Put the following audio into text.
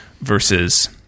versus